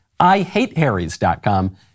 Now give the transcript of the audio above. IHateHarrys.com